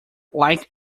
like